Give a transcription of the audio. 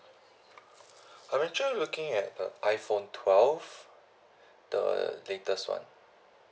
I'm actually looking for iphone twelve the latest one